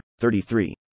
33